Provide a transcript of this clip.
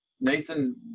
Nathan